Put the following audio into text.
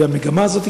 והמגמה הזאת,